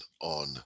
on